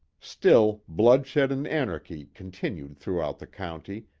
still bloodshed and anarchy continued throughout the county,